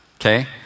okay